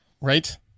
Right